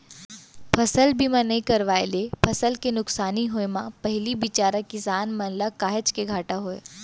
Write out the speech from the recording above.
फसल बीमा नइ करवाए ले फसल के नुकसानी होय म पहिली बिचारा किसान मन ल काहेच के घाटा होय